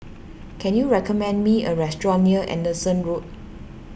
can you recommend me a restaurant near Anderson Road